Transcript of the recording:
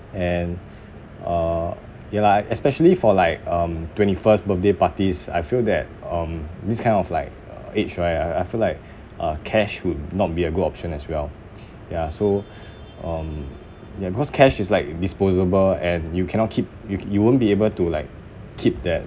and uh ya lah especially for like um twenty first birthday parties I feel that um this kind of like age right I I feel like uh cash would not be a good option as well ya so um ya because cash is like disposable and you cannot keep you you won't be able to like keep that